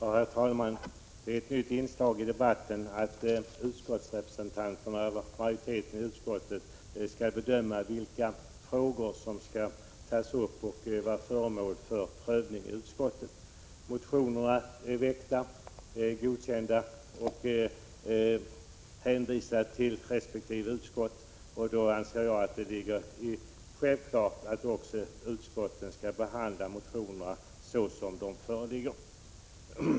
Herr talman! Det är ett nytt inslag i debatten att utskottets majoritetsrepresentanter skall bedöma vilka frågor som skall tas upp och vara föremål för prövning i utskottet. Motionerna är väckta, godkända och hänvisade till resp. utskott, och då anser jag det självklart att utskottet också måste behandla motionerna såsom de föreligger.